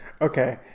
Okay